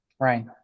Right